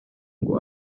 ngo